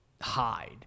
hide